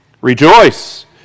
Rejoice